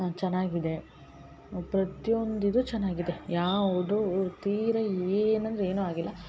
ಚೆನ್ನಾಗಿದೆ ಪ್ರತ್ಯೊಂದು ಇದು ಚೆನ್ನಾಗಿದೆ ಯಾವುದೋ ತೀರಾ ಏನಂದ್ರು ಏನು ಆಗಿಲ್ಲ